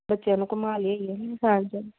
ਬੱਚਿਆਂ ਨੂੰ ਘੁਮਾ ਲਿਆਈਏ ਪੰਜਾਬ 'ਚ